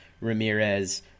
Ramirez